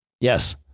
Yes